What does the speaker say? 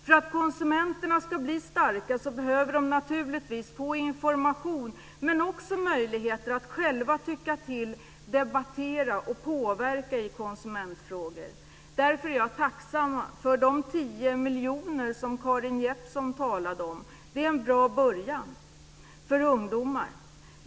För att konsumenterna ska bli starka behöver de naturligtvis få information men också möjligheter att själva tycka till, debattera och påverka i konsumentfrågor. Därför är jag tacksam för de 10 miljoner som Karin Jeppsson talade om. Det är en bra början för ungdomar.